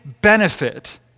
benefit